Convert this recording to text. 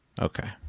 Okay